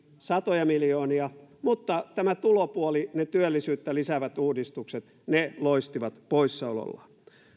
satoja miljoonia hyviin uudistuksiin mutta tämä tulopuoli ne työllisyyttä lisäävät uudistukset loisti poissaolollaan